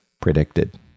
predicted